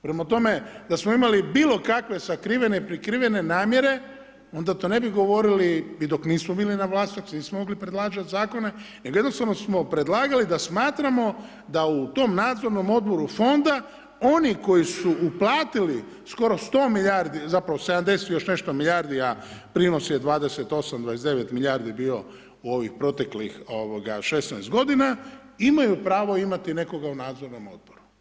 Prema tome, da smo mi imali bilokakve sakrivene, prikrivene namjere, onda to ne bi govorili i dok nismo bili na vlasti, dok nismo mogli predlagati zakone, nego jednostavno smo predlagali da smatramo da u tom nadzornom odboru fonda, oni koji su uplatili skoro 100 milijardi zapravo 70 i nešto milijardi, a prinosi od 28, 29 milijardi je bilo0 u ovih proteklih 16 g., imaju pravo imati nekoga u nadzornom odboru.